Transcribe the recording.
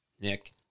Nick